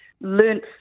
learnt